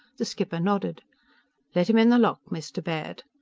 the skipper nodded let him in the lock, mr. baird.